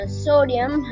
sodium